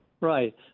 Right